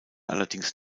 allerdings